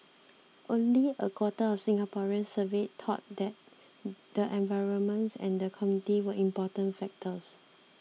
only a quarter of Singaporeans surveyed thought that the environment and the community were important factors